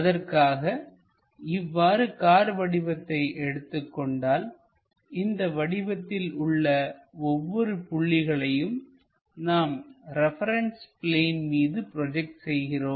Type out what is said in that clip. அதற்காக இவ்வாறு கார் வடிவத்தை எடுத்துக்கொண்டால்இந்த வடிவத்தில் உள்ள ஒவ்வொரு புள்ளிகளையும் நாம் ரெபரன்ஸ் பிளேன் மீது ப்ரோஜெக்ட் செய்கிறோம்